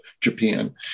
Japan